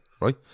right